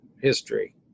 history